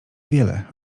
wiele